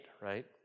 right